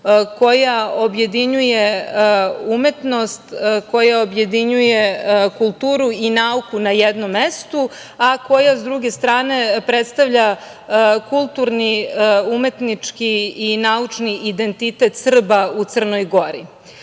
koja objedinjuje umetnost, koja objedinjuje kulturu i nauku na jednom mestu, a koja, s druge strane, predstavlja kulturni, umetnički i naučni identitet Srba u Crnoj Gori. Ono